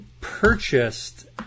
purchased